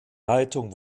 leitung